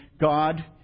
god